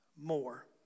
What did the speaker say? more